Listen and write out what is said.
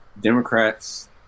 Democrats